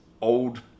old